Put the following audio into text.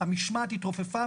המשמעת התרופפה,